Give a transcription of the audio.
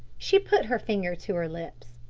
she put her finger to her lips.